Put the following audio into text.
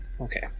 Okay